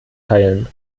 teilen